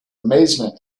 amazement